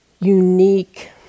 unique